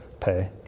pay